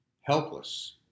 helpless